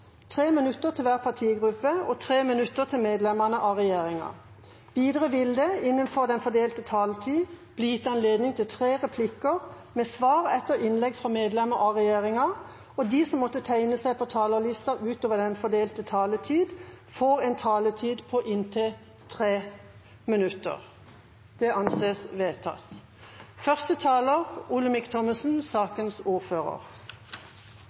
tre replikker med svar etter innlegg fra medlemmer av regjeringen, og at de som måtte tegne seg på talerlisten utover den fordelte taletid, får en taletid på inntil 3 minutter.